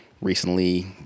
recently